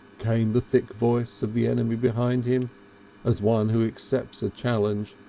came the thick voice of the enemy behind him as one who accepts a challenge,